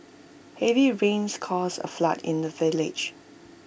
heavy rains caused A flood in the village